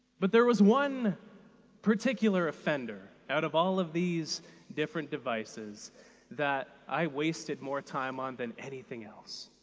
but there was one particular offender out of all of these different devices that i wasted more time on than anything else.